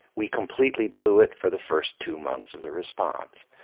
we completely blew it for the first two months of the response.